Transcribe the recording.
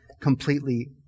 completely